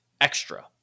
Extra